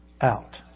out